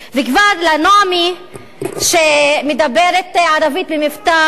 וכבר לנעמי שמדברת ערבית במבטא,